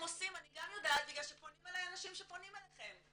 מה אתם עושים אני גם יודעת בגלל שפונים אליי אנשים שפונים אליכם.